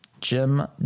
Jim